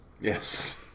Yes